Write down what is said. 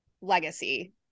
legacy